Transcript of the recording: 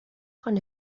con